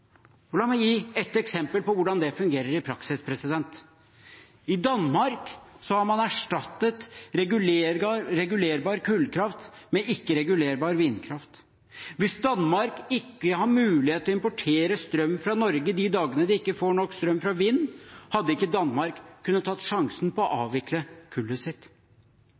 La meg gi et eksempel på hvordan det fungerer i praksis. I Danmark har man erstattet regulerbar kullkraft med ikke-regulerbar vindkraft. Hvis Danmark ikke har mulighet til å importere strøm fra Norge de dagene de ikke får nok strøm fra vind, hadde ikke Danmark kunnet ta sjansen på å avvikle kullet sitt.